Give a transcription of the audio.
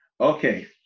Okay